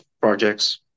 projects